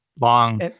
long